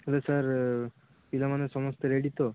ହେଲେ ସାର୍ ପିଲାମାନେ ସମସ୍ତେ ରେଡ଼ି ତ